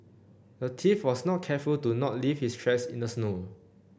the thief was not careful to not leave his tracks in the snow